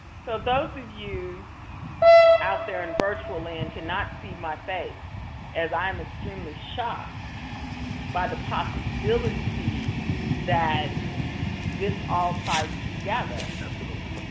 so those of you out there in virtual land cannot see my face as i'm extremely shocked by the possibility that this all ties together. absolutely.